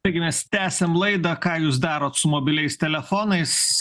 taigi mes tęsiam laidą ką jūs darot su mobiliais telefonais